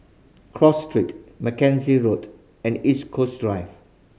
Cross Street Magazine Road and East Coast Drive